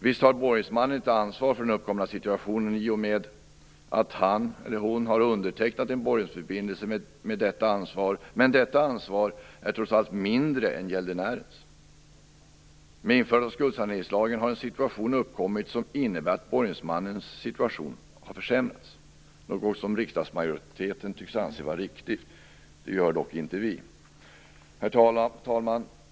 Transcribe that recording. Visst har borgensmannen ett ansvar för den uppkomna situationen i och med att han eller hon har undertecknat en borgensförbindelse med detta ansvar, men detta ansvar är trots allt mindre än gäldenärens. Med införandet av skuldsaneringslagen har en situation uppkommit som innebär att borgensmannens situation har försämrats - något som riksdagsmajoriteten tycks anse vara riktigt. Det gör dock inte vi. Herr talman!